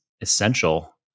essential